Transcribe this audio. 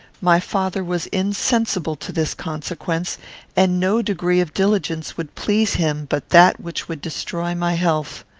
my father was insensible to this consequence and no degree of diligence would please him but that which would destroy my health.